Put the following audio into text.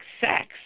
sex